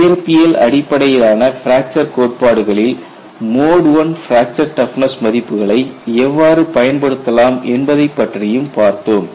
இயற்பியல் அடிப்படையிலான பிராக்சர் கோட்பாடுகளில் மோட் I பிராக்சர் டஃப்னஸ் மதிப்புகளை எவ்வாறு பயன்படுத்தலாம் என்பதைப் பற்றியும் பார்த்தோம்